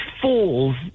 fools